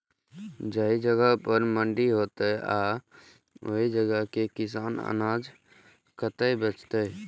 जाहि जगह पर मंडी हैते आ ओहि जगह के किसान अनाज कतय बेचते?